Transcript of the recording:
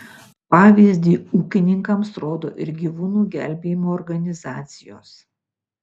pavyzdį ūkininkams rodo ir gyvūnų gelbėjimo organizacijos